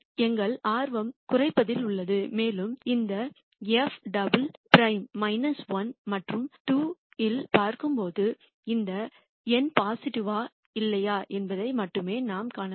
எங்கள் ஆர்வம் குறைப்பதில் உள்ளது மேலும் இந்த f டபுள் பிரைமை 1 மற்றும் 2 இல் பார்க்கும்போது இந்த எண் பாசிட்டிவா இல்லையா என்பதை மட்டுமே நாம் காணலாம்